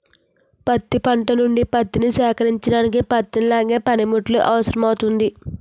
పత్తి పంట నుండి పత్తిని సేకరించడానికి పత్తిని లాగే పనిముట్టు అవసరమౌతుంది